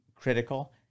critical